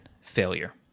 failure